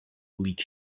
bleak